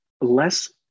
less